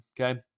Okay